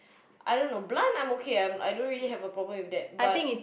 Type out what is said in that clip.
I don't know blunt I'm okay I'm I don't really have a problem with that but